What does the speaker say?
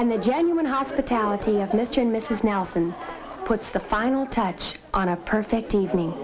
and the genuine hospitality of mr and mrs nelson puts the final touch on a perfect evening